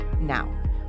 Now